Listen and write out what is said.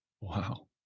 Wow